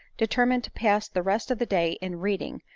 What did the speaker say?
determined to pass the rest of the day. in reading,